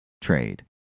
trade